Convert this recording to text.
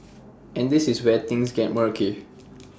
and this is where things gets murky